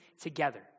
together